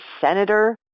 senator